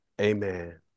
Amen